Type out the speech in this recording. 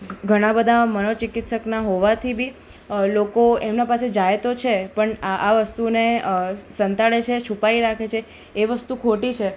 ઘણા બધા મનોચિકિત્સકના હોવાથી બી લોકો એમના પાસે જાય તો છે પણ આ આ વસ્તુને સંતાડે છે છુપાવી રાખે છે એ વસ્તુ ખોટી છે